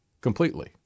completely